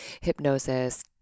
hypnosis